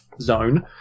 zone